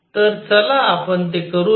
तर चला आपण ते करूया